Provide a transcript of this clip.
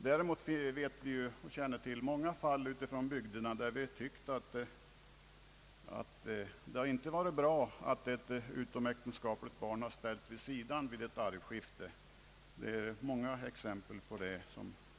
Däremot känner vi till många fall från bygderna där vi inte har ansett det vara bra att ett utomäktenskapligt barn har ställts åt sidan vid ett arvskifte. Det kan anföras många exempel på det.